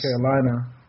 Carolina